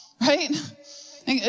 right